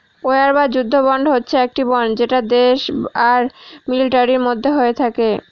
war বা যুদ্ধ bond হচ্ছে একটি বন্ড যেটা দেশ আর মিলিটারির মধ্যে হয়ে থাকে